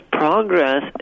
progress